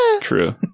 True